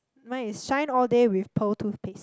mine is shine all day with pearl toothpaste